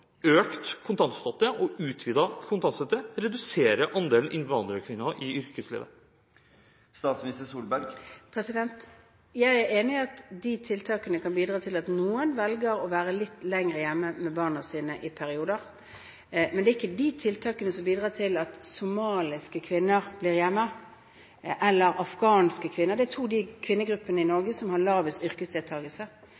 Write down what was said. økt kontantstøtte og utvidet kontantstøtte reduserer andelen innvandrerkvinner i yrkeslivet? Jeg er enig i at de tiltakene kan bidra til at noen velger å være litt lenger hjemme med barna sine i perioder. Men det er ikke de tiltakene som bidrar til at somaliske eller afghanske kvinner blir hjemme – det er de to kvinnegruppene i